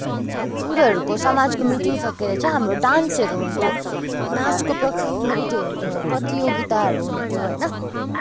उनीहरूको समाजको मिटिङ सक्किएर चाहिँ हाम्रो डान्सहरू हुन्थ्यो नाचको प्रक उत्योहरू प्रतियोगिताहरू हुन्थ्यो होइन